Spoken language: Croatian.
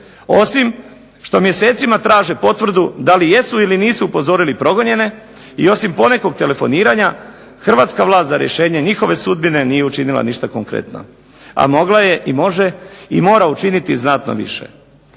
Osim što mjesecima traže potvrdu da li jesu ili nisu upozorili progonjene i osim ponekog telefoniranja, hrvatska vlast za rješenje njihove sudbine nije učinila ništa konkretno, a mogla je i može i mora učiniti znatno više.